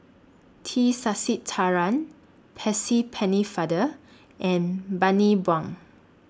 T Sasitharan Percy Pennefather and Bani Buang